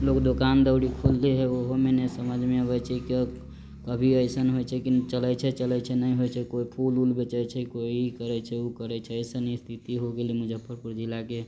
लोग दोकान दौरी खोलै है ओहो मे नै समझ अबै छै की कभी अइसन होइ छै चलै छै चलै छै नै होइ छै कोइ फूल ऊल बेचै छै कोइ ई करै छै ऊ करै छै अइसन स्थिति हो गेल है मुजफ्फरपुर जिला के